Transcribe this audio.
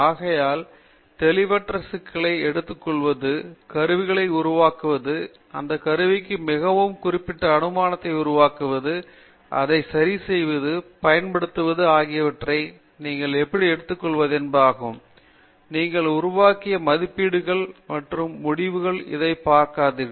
ஆகையால் தெளிவற்ற சிக்கலை எடுத்துக்கொள்வது கருவிகளை உருவாக்குவது அந்த கருவிக்கு மிகவும் குறிப்பிட்ட அனுமானங்களை உருவாக்குவது அதைச் சரிசெய்வது பயன்படுத்துவது ஆகியவற்றை நீங்கள் எப்படி எடுத்துக் கொள்வது என்பதாகும் நீங்கள் உருவாக்கிய மதிப்பீடுகள் மற்றும் முடிவு இதை பாதுகாத்தீர்கள்